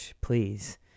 please